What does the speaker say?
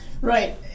right